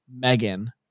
Megan